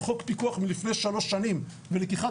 חוק פיקוח מלפני שלוש שנים ולקיחת